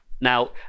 Now